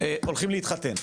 הולכים להתחתן.